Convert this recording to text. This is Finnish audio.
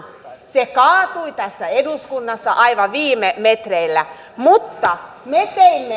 se kaatui tässä eduskunnassa aivan viime metreillä mutta me samanaikaisesti toimme